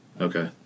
Okay